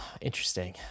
Interesting